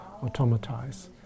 automatize